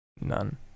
None